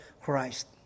Christ